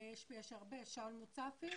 יש הרבה נציגים.